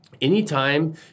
anytime